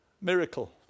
miracle